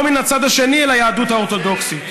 מן הצד השני אל היהדות האורתודוקסית.